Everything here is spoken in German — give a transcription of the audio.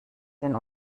den